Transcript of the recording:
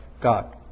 God